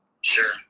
Sure